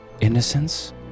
Innocence